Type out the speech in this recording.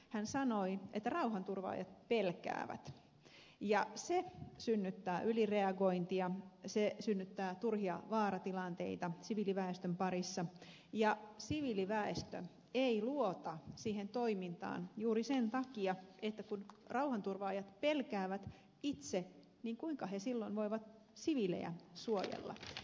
hän sanoi että rauhanturvaajat pelkäävät ja se synnyttää ylireagointia se synnyttää turhia vaaratilanteita siviiliväestön parissa ja siviiliväestö ei luota siihen toimintaan juuri sen takia että kun rauhanturvaajat pelkäävät itse niin kuinka he silloin voivat siviilejä suojella